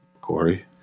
Corey